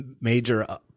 major